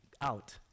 out